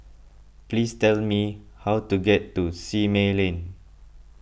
please tell me how to get to Simei Lane